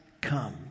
come